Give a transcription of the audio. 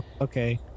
Okay